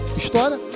história